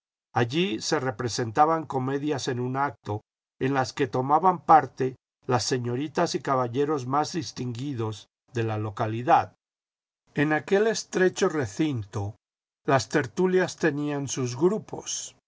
allí se representaban comedias en un acto en las que tomaban parte las señoritas y caballeros más distinguidos de la localidad en aquel estrecho recinto las tertulias tenían sus grupos